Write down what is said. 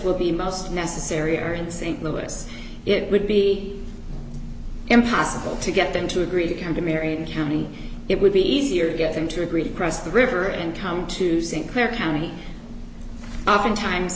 will be most necessary are in st louis it would be impossible to get them to agree to come to marion county it would be easier to get them to agree to cross the river and come to st clair county oftentimes